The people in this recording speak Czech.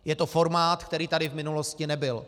Je to formát, který tady v minulosti nebyl.